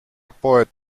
poet